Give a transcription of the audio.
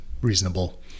reasonable